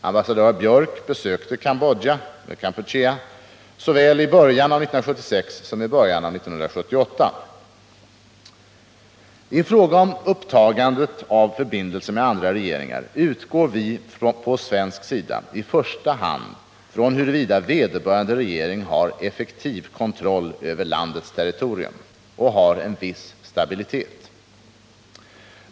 Ambassadör Björk besökte Cambodja såväl i början av 1976 som i början av 1978. I fråga om upptagandet av förbindelser med andra regeringar utgår vi på svensk sida i första hand från huruvida vederbörande regering har effektiv kontroll över landets territorium och har en viss stabilitet.